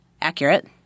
accurate